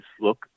Look